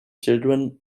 children